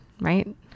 right